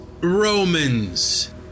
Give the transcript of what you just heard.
Romans